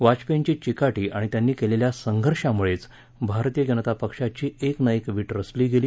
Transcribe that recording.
वाजपेयींची चिकाटी आणि त्यांनी केलेल्या संघर्षामुळेचं भारतीय जनता पक्षाची एकन् एक वीट रचली गेली